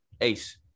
ace